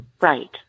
Right